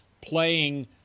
playing